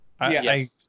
Yes